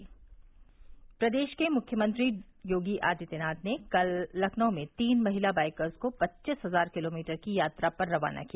मुख्यमंत्री प्रदेश के मुख्यमंत्री योगी आदित्यनाथ ने कल लखनऊ में तीन महिला बाइकर्स को पच्चीस हजार किलोमीटर की यात्रा पर रवाना किया